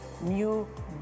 new